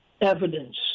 evidence